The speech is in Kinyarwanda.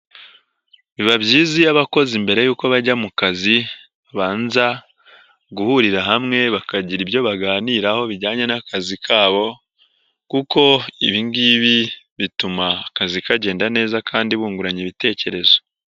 Biba byiza iyo abakozi mbere yuko bajya mu kazi, babanza guhurira hamwe bakagira ibyo baganiraho bijyanye n'akazi kabo kuko ibi ngibi bituma akazi kagenda neza kandi bunguranye ibitekerezo.